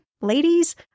ladies